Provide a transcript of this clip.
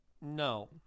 No